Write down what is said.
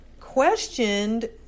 questioned